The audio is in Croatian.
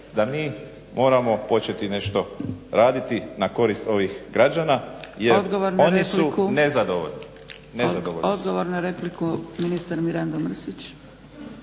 da mi moramo početi nešto raditi na korist ovih građana jer oni su nezadovoljni. **Zgrebec, Dragica (SDP)** Odgovor na repliku, ministar Mirando Mrsić.